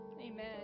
Amen